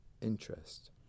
interest